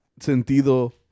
sentido